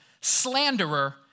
slanderer